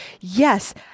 yes